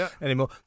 anymore